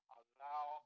allow